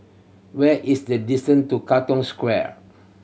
where is the distance to Katong Square